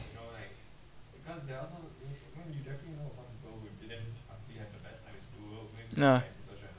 ya